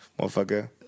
motherfucker